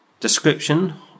Description